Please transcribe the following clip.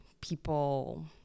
people